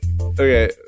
Okay